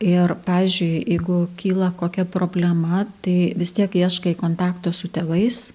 ir pavyzdžiui jeigu kyla kokia problema tai vis tiek ieškai kontakto su tėvais